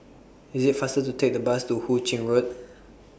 IS IT faster to Take The Bus to Hu Ching Road